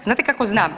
Znate kako znam?